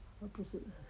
不是